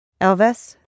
Elvis